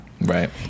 Right